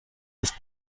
ist